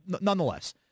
nonetheless